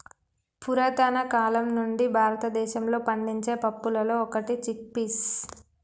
పురతన కాలం నుండి భారతదేశంలో పండించే పప్పులలో ఒకటి చిక్ పీస్